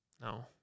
No